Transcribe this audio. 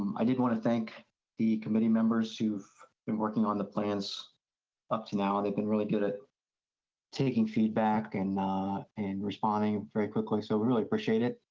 i did want to thank the committee members who've been working on the plans up to now. they've been really good at taking feedback and and responding very quickly, so we really appreciate it.